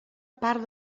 part